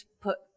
put